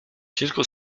kilku